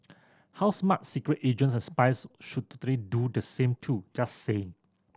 how smart secret agents and spies should do the same too just saying